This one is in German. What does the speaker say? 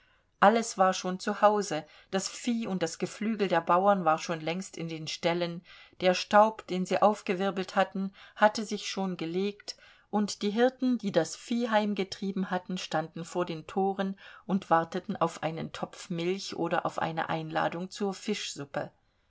alles war schon zu hause das vieh und das geflügel der bauern war schon längst in den ställen der staub den sie aufgewirbelt hatten hatte sich schon gelegt und die hirten die das vieh heimgetrieben hatten standen vor den toren und warteten auf einen topf milch oder auf eine einladung zur fischsuppe